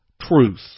Truth